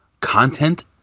content